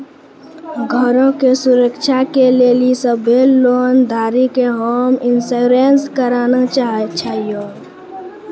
घरो के सुरक्षा के लेली सभ्भे लोन धारी के होम इंश्योरेंस कराना छाहियो